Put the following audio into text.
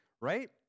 right